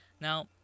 Now